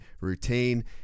routine